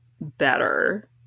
better